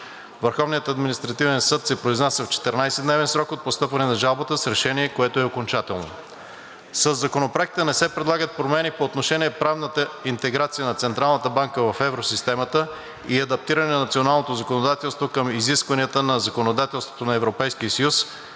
Върховният административен съд се произнася в 14-дневен срок от постъпване на жалбата с решение, което е окончателно. Със Законопроекта не се предлагат промени по отношение правната интеграция на Централната банка в Евросистемата и адаптиране на националното законодателство към изискванията на законодателството на Европейския съюз